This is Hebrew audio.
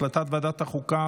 החלטת ועדת החוקה,